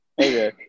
Okay